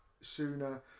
sooner